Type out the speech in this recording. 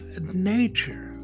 nature